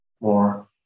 more